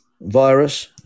virus